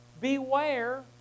Beware